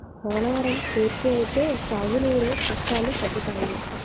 పోలవరం పూర్తి అయితే సాగు నీరు కష్టాలు తగ్గుతాయి